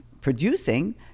producing